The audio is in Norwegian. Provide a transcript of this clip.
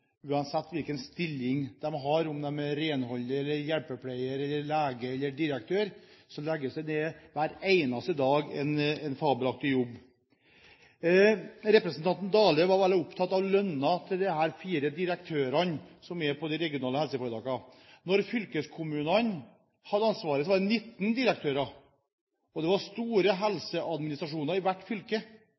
uansett hvilken stilling de har. Om en er renholder, hjelpepleier, lege eller direktør, gjøres det hver eneste dag en fabelaktig jobb. Representanten Dale var veldig opptatt av lønnen til de fire direktørene i de regionale helseforetakene. Da fylkeskommunene hadde ansvaret, var det 19 direktører, og det var store helseadministrasjoner i hvert fylke.